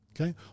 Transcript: Okay